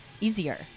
easier